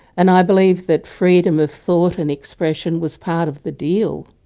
and i believed that freedom of thought and expression was part of the deal.